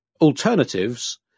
alternatives